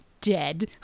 dead